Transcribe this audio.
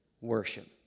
worship